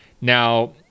Now